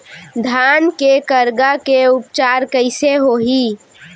धान के करगा के उपचार कइसे होही?